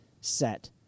set